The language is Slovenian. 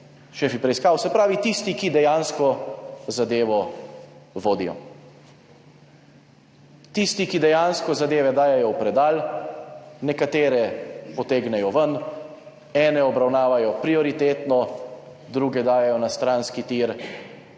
šefi preiskav, se pravi tisti, ki dejansko zadevo vodijo. Tisti, ki dejansko zadeve dajejo v predal, nekatere potegnejo ven, ene obravnavajo prioritetno, druge dajejo na stranski tir,